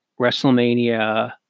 WrestleMania